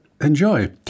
enjoy